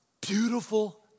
beautiful